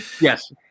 Yes